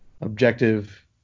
objective